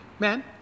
Man